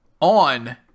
on